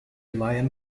lion